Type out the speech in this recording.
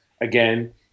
again